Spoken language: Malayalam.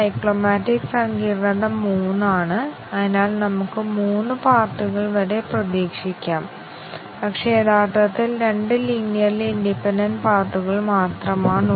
ഓരോ ബേസിക് വ്യവസ്ഥയും സത്യവും തെറ്റായതുമായ മൂല്യങ്ങൾ കൈവരിക്കണം ബ്രാഞ്ച് കവറേജ് നേടണം മൂന്നാമത്തെ വ്യവസ്ഥ ഓരോ നിബന്ധനയും തീരുമാനത്തിന്റെ ഔട്ട്പുട്ടിനെ സ്വതന്ത്രമായി ബാധിക്കണം എന്നതാണ്